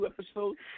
episodes